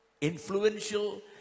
influential